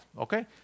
okay